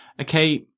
okay